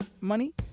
money